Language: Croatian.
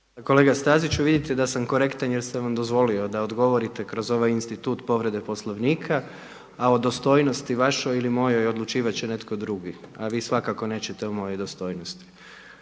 Kolega Staziću, vidite da sam korektan jer sam vam dozvolio da ogovorite kroz ovaj institut povrede Poslovnika a o dostojnosti vašoj ili mojoj odlučivati će netko drugi a vi svakako nećete o mojoj dostojnosti.